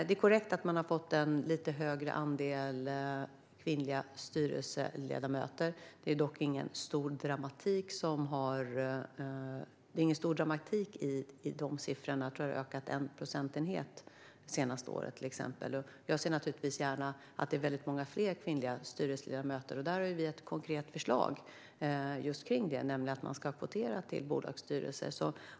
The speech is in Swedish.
Det är korrekt att det har blivit en lite högre andel kvinnliga styrelseledamöter. Det är dock ingen stor dramatik i de siffrorna. Jag tror att det har ökat en procentenhet det senaste året, till exempel. Jag ser naturligtvis gärna att det är många fler kvinnliga styrelseledamöter. Vi har ett konkret förslag just kring det, nämligen att man ska kvotera i bolagsstyrelser.